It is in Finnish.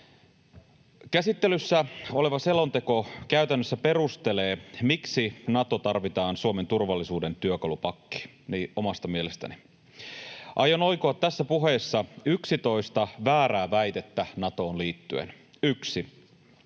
Käsittelyssä oleva selonteko käytännössä perustelee, miksi Nato tarvitaan Suomen turvallisuuden työkalupakkiin, näin omasta mielestäni. Aion oikoa tässä puheessa 11 väärää väitettä Natoon liittyen. 1)